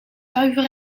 zuiver